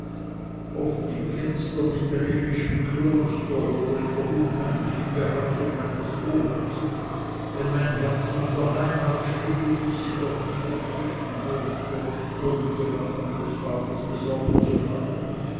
oft im finstren italienischen kloster oder in der unheimlichen behausung meines ohms wenn mein herz nach der heimat schrie und ich sie doch nicht betreten durfte ohne die rache meines vaters besorgt zu haben